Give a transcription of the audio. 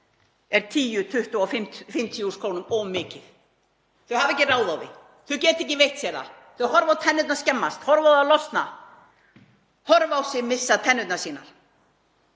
20.000 og 50.000 kr. of mikið. Þau hafa ekki ráð á því, þau geta ekki veitt sér það. Þau horfa á tennurnar skemmast, horfa á þær losna, horfa á sig missa tennurnar sínar